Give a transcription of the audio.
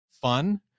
fun